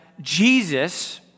Jesus